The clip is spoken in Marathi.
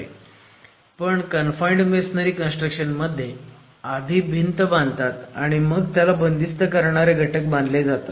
पण कनफाईण्ड मेसोनरी कन्स्ट्रक्शन मध्ये आधी भिंत बांधतात आणि मग त्याला बंदिस्त करणारे घटक बांधले जातात